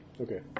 Okay